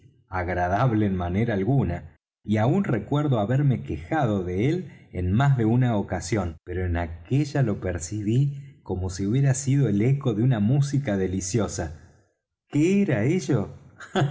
agradable en manera alguna y aún recuerdo haberme quejado de él en más de una ocasión pero en aquella lo percibí como si hubiera sido el eco de una música deliciosa qué era ello